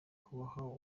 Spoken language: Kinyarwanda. kuboha